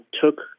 took